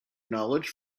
knowledge